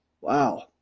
Wow